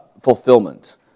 fulfillment